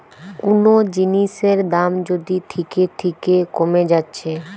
কুনো জিনিসের দাম যদি থিকে থিকে কোমে যাচ্ছে